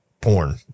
porn